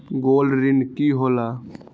Gold ऋण की होला?